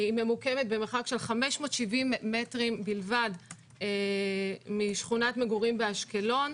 היא ממוקמת במרחק של 570 מטרים בלבד משכונת מגורים באשקלון,